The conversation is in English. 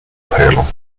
panel